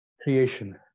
creation